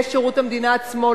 בשירות המדינה עצמו,